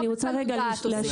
אני רוצה להשלים.